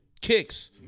kicks